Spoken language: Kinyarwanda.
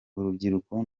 urubyiruko